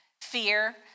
fear